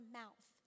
mouth